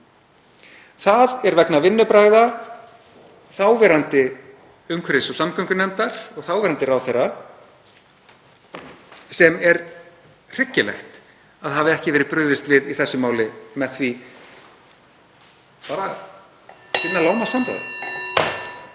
Það er vegna vinnubragða þáverandi umhverfis- og samgöngunefndar og þáverandi ráðherra, sem er hryggilegt að ekki hafi verið brugðist við í þessu máli bara með því að sinna lágmarkssamráði.